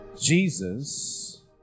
Jesus